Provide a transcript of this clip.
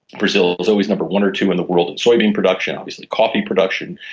brazil is always number one or two in the world in soy bean production, obviously coffee production.